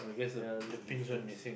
ya that's the difference